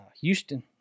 houston